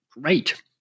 great